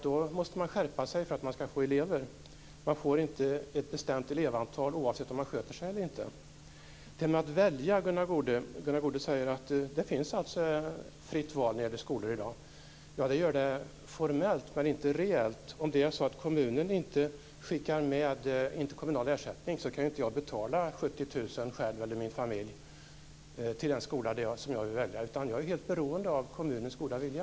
Då måste man skärpa sig för att få elever. Man får inte ett bestämt antal elever oavsett om man sköter sig eller inte. Det gäller att välja. Gunnar Goude säger att det finns fritt val när det gäller skolor i dag. Det gör det formellt men inte reellt. Om det är så att kommunen inte skickar med interkommunal ersättning kan inte jag betala 70 000 kr själv eller min familj till den skola som jag vill välja, utan jag är helt beroende av kommunens goda vilja.